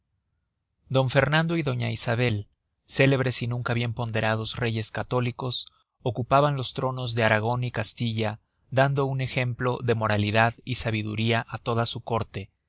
don fernando y doña isabel célebres y nunca bien ponderados reyes católicos ocupaban los tronos de aragon y castilla dando un ejemplo de moralidad y sabiduría á toda su córte